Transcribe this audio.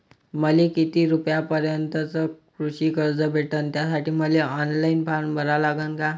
मले किती रूपयापर्यंतचं कृषी कर्ज भेटन, त्यासाठी मले ऑनलाईन फारम भरा लागन का?